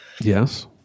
yes